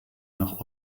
nach